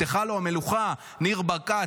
ניר ברקת,